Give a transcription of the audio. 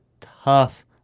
tough